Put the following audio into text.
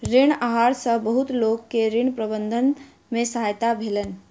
ऋण आहार सॅ बहुत लोक के ऋण प्रबंधन में सहायता भेलैन